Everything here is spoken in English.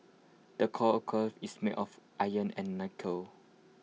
the core occur is made of iron and nickel